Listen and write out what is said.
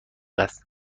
است